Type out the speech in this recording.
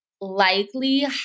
likely